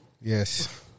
Yes